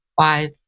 five